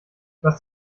was